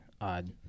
odd